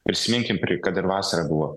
prisiminkim kad ir vasarą buvo